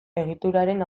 egituraren